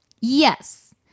Yes